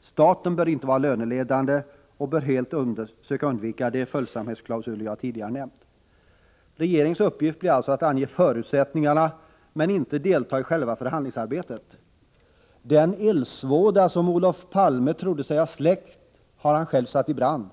Staten bör inte vara löneledande Sjuni 1985 och bör helt söka undvika de följsamhetsklausuler jag tidigare nämnt. Regeringens uppgift blir alltså att ange förutsättningarna men inte att delta i själva förhandlingsarbetet. Den eldsvåda som Olof Palme trodde sig ha släckt hade han själv satt i brand.